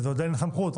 כי עדיין אין סמכות,